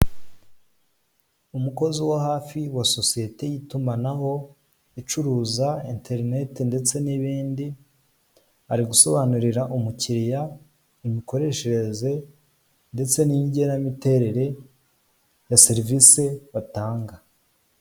Umukozi wo hafi wa sosiyete y'itumanaho icuruza interineti ndetse n'ibindi ari gusobanurira umukiriya imikoreshereze ndetse n'igenamiterere ya serivise batanga.